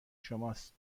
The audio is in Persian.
شماست